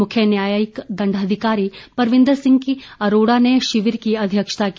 मुख्य न्यायिक दण्डाधिकारी परविन्दर सिंह अरोड़ा ने शिविर की अध्यक्षता की